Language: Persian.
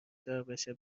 داربشه